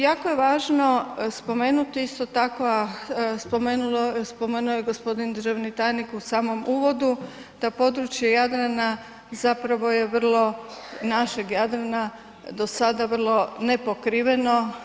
Jako je važno spomenuti isto tako, a spomenuo je gospodin državni tajnik u samom uvodu da područje Jadrana zapravo je vrlo, našeg Jadrana do sada vrlo nepokriveno.